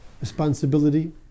responsibility